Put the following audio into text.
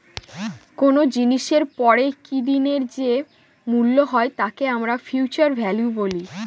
কোনো জিনিসের পরে কি দিনের যে মূল্য হয় তাকে আমরা ফিউচার ভ্যালু বলি